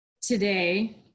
today